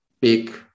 big